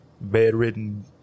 bedridden